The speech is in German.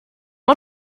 man